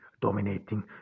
dominating